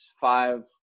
five